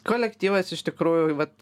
kolektyvas iš tikrųjų vat